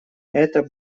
это